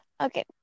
Okay